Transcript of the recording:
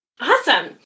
Awesome